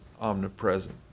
omnipresent